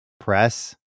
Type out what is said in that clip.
press